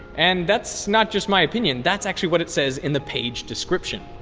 and that's not just my opinion, that's actually what it says in the page description.